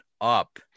up